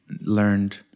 learned